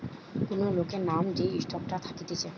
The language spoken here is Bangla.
কোন লোকের নাম যে স্টকটা থাকতিছে